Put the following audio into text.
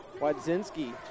Wadzinski